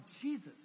Jesus